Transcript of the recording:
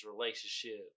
relationship